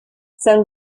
san